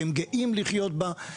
שהם גאים לחיות בה,